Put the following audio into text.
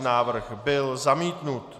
Návrh byl zamítnut.